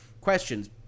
questions